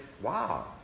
wow